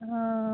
ᱚᱻ